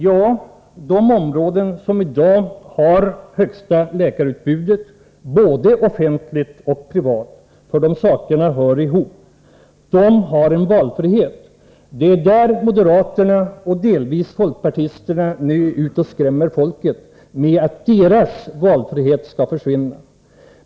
Ja, de områden som i dag har det största läkarutbudet — både offentligt och privat, för de sakerna hör ihop — har en valfrihet. Det är där moderaterna och delvis folkpartisterna nu är ute och skrämmer folket med att deras valfrihet skall försvinna.